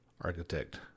architect